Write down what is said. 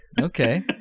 Okay